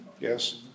yes